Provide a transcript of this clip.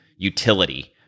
utility